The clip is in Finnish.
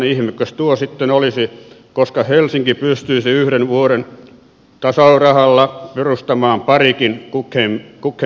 ihmekös tuo sitten olisi koska helsinki pystyisi yhden vuoden tasarahalla perustamaan parikin guggenheim museota